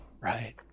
Right